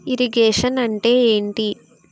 Irrigation అంటే ఏంటీ?